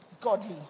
godly